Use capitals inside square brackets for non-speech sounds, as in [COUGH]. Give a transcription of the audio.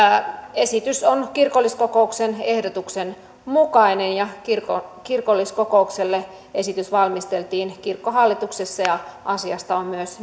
esitys on kirkolliskokouksen ehdotuksen mukainen ja kirkolliskokoukselle esitys valmisteltiin kirkkohallituksessa ja asiasta on myös [UNINTELLIGIBLE]